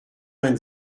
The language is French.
vingt